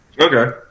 Okay